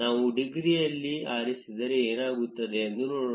ನಾವು ಡಿಗ್ರಿಯಲ್ಲಿ ಆರಿಸಿದರೆ ಏನಾಗುತ್ತದೆ ಎಂದು ನೋಡೋಣ